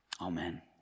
Amen